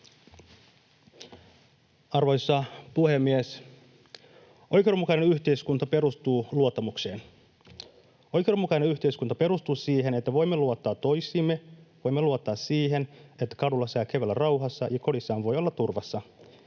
Arvoisa puhemies! Oikeudenmukainen yhteiskunta perustuu luottamukseen. Oikeudenmukainen yhteiskunta perustuu siihen, että voimme luottaa toisiimme, voimme luottaa siihen, että kadulla saa kävellä rauhassa, kodissaan voi olla turvassa